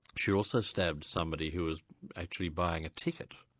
she also stabbed somebody who was actually buying a ticket.